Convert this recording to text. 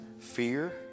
Fear